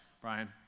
Brian